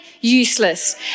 useless